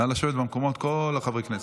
נא לשבת במקומות, כל חברי הכנסת.